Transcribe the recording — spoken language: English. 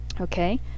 Okay